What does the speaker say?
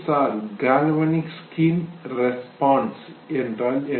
R galvanic skin response என்றால் என்ன